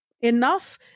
Enough